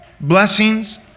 blessings